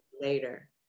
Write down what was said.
later